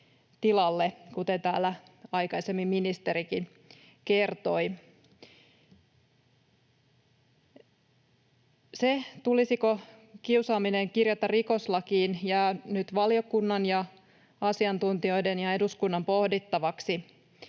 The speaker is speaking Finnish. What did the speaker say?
sijasta, kuten täällä aikaisemmin ministerikin kertoi. Se, tulisiko kiusaaminen kirjata rikoslakiin, jää nyt valiokunnan ja asiantuntijoiden ja eduskunnan pohdittavaksi.